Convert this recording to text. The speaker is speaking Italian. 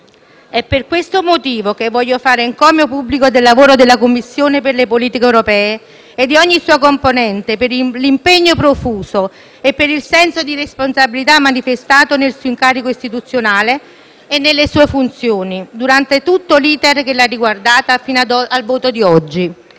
È per questo motivo che voglio fare encomio pubblico del lavoro della Commissione per le politiche europee e di ogni suo componente per l'impegno profuso e per il senso di responsabilità manifestato nel suo incarico istituzionale e nelle sue funzioni, durante tutto l'*iter* che l'ha riguardata, fino al voto di oggi.